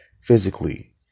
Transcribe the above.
physically